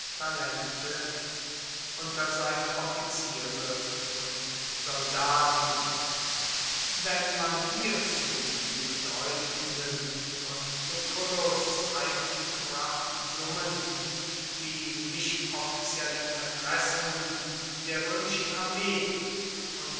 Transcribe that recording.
unter seine offiziere und soldaten wenn man hierzu die bedeutenden von lucullus heimgebrachten summen die nichtoffiziellen erpressungen der römischen armee